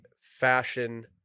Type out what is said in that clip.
fashion